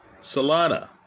Solana